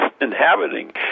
inhabiting